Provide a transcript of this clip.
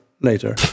later